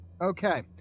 Okay